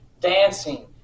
dancing